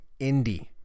indie